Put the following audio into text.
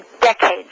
decades